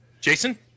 Jason